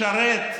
לשרת,